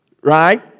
right